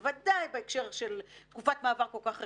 בוודאי בהקשר של תקופת מעבר הכל כך רגישה,